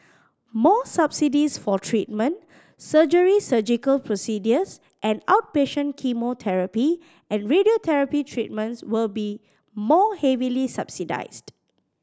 more subsidies for treatment surgery Surgical procedures and outpatient chemotherapy and radiotherapy treatments will be more heavily subsidised